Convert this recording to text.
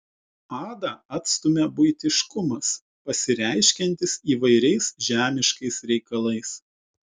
adą atstumia buitiškumas pasireiškiantis įvairiais žemiškais reikalais